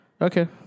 Okay